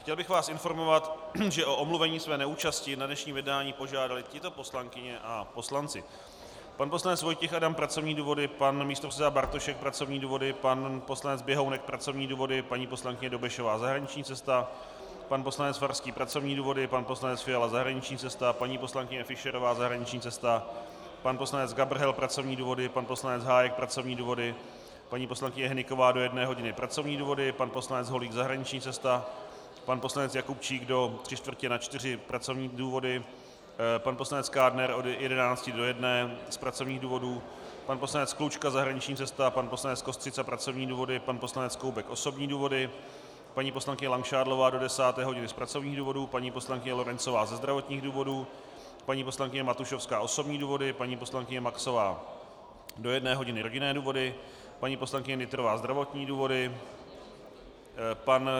Chtěl bych vás informovat, že o omluvení své neúčasti na dnešním jednání požádaly tyto poslankyně a poslanci: pan poslanec Vojtěch Adam pracovní důvody, pan místopředseda Bartošek pracovní důvody, pan poslanec Běhounek pracovní důvody, paní poslankyně Dobešová zahraniční cesta, pan poslanec Farský pracovní důvody, pan poslanec Fiala zahraniční cesta, paní poslankyně Fischerová zahraniční cesta, pan poslanec Gabrhel pracovní důvody, pan poslanec Hájek pracovní důvody, paní poslankyně Hnyková do 13 hodin pracovní důvody, pan poslanec Holík zahraniční cesta, pan poslanec Jakubčík do 15.45 pracovní důvody, pan poslanec Kádner od 11 do 13 hodin z pracovních důvodů, pan poslanec Klučka zahraniční cesta, pan poslanec Kostřica pracovní důvody, pan poslanec Koubek osobní důvody, paní poslankyně Langšádlová do 10. hodiny z pracovních důvodů, paní poslankyně Lorencová ze zdravotních důvodů, paní poslankyně Matušovská osobní důvody, paní poslankyně Maxová do 13 hodin rodinné důvody, paní poslankyně Nytrová zdravotní důvody, pan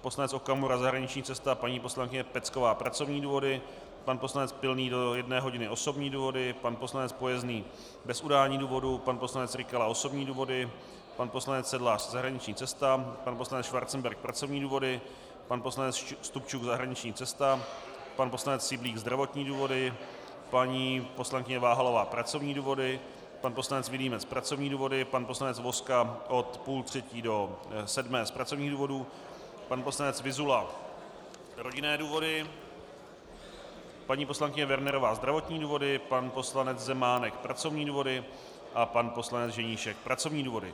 poslanec Okamura zahraniční cesta, paní poslankyně Pecková pracovní důvody, pan poslanec Pilný do 13 hodin osobní důvody, pan poslanec Pojezný bez udání důvodu, pan poslanec Rykala osobní důvody, pan poslanec Sedlář zahraniční cesta, pan poslanec Schwarzenberg pracovní důvody, pan poslanec Stupčuk zahraniční cesta, paní poslanec Syblík zdravotní důvody, paní poslankyně Váhalová pracovní důvody, pan poslanec Vilímec pracovní důvody, pan poslanec Vozka od 14.30 do 19 hodin z pracovních důvodů, pan poslanec Vyzula rodinné důvody, paní poslankyně Wernerová zdravotní důvody, pan poslanec Zemánek pracovní důvody a pan poslanec Ženíšek pracovní důvody.